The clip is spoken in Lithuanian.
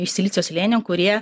iš silicio slėnio kurie